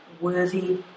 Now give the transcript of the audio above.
worthy